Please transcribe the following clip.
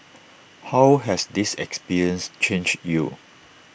how has this experience changed you